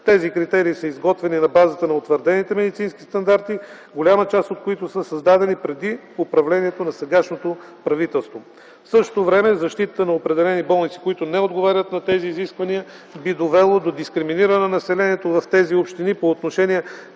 Тези критерии са изготвени на базата на утвърдените медицински стандарти, голяма част от които са създадени преди управлението на сегашното правителство. В същото време защитата на определени болници, които не отговарят на тези изисквания, би довело до дискриминиране на населението в тези общини по отношение